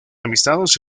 amistades